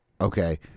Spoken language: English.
okay